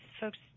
folks